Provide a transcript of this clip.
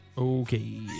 Okay